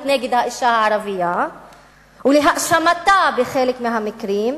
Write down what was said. נגד האשה הערבייה ובהאשמתה בחלק מהמקרים,